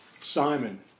Simon